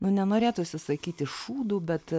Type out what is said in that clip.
nu nenorėtųsi sakyti šūdu bet